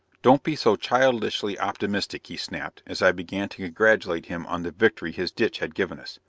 don't be so childishly optimistic! he snapped as i began to congratulate him on the victory his ditch had given us.